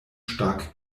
stark